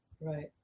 Right